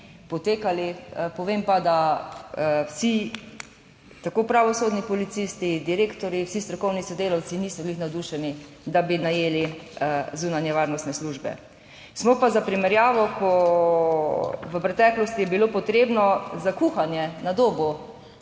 potekali. Povem pa, da vsi, tako pravosodni policisti, direktorji, vsi strokovni sodelavci niso bili navdušeni, da bi najeli zunanje varnostne službe. Smo pa za primerjavo, v preteklosti je bilo potrebno za kuhanje na Dobu,